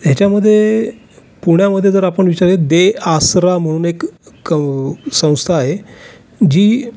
ह्याच्यामध्ये पुण्यामध्ये जर आपण विचारे दे आसरा म्हणून एक क संस्था आहे जी